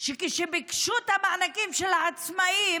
הייתה שכשהן ביקשו את המענקים של העצמאים,